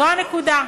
זו הנקודה.